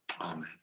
Amen